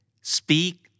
Speak